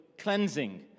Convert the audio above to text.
cleansing